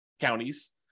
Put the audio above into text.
counties